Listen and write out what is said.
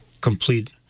complete